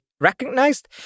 recognized